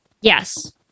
yes